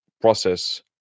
process